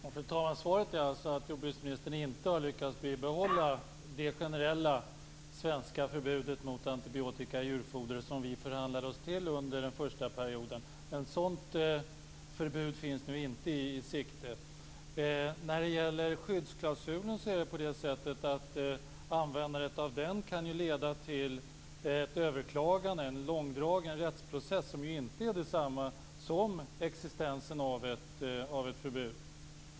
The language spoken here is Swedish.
Fru talman! Svaret är alltså att jordbruksministern inte har lyckats bibehålla det generella svenska förbud mot antibiotika i djurfoder som vi förhandlade oss till under den första perioden. Något sådant förbud finns nu inte i sikte. När det gäller skyddsklausulen är det så att ett användande av denna kan leda till ett överklagande med en långdragen rättsprocess, vilket inte är detsamma som existensen av ett förbud.